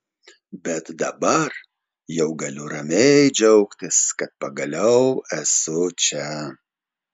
bet dabar jau galiu ramiai džiaugtis kad pagaliau esu čia